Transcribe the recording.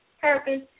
purpose